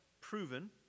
proven